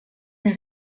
der